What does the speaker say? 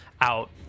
out